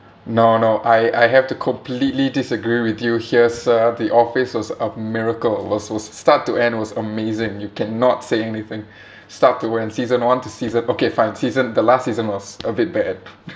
no no I I have to completely disagree with you here sir the office was a miracle was was start to end was amazing you cannot say anything start to end season one to season okay fine season the last season was a bit bad